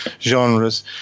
genres